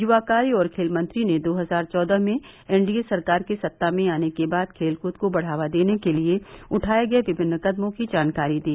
युवा कार्य और खेल मंत्री ने दो हजार चौदह में एनडीए सरकार के सत्ता में आने के बाद खेलकद को बढावा देने के लिए उठाये गये विभिन्न कदमों की जानकारी दी